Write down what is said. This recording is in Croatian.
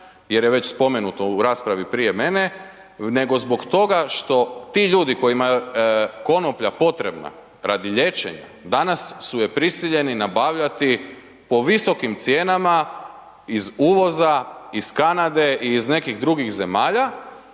jer je već spomenuto u raspravi prije mene, nego zbog toga što ti ljudi kojima je konoplja potrebna radi liječenja, danas su je prisiljeni nabavljati po visokim cijenama iz uvoza, iz Kanade i iz nekih drugih zemalja,